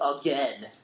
again